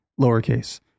lowercase